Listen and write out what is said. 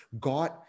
God